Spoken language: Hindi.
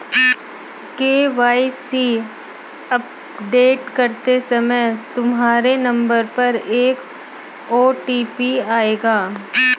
के.वाई.सी अपडेट करते समय तुम्हारे नंबर पर एक ओ.टी.पी आएगा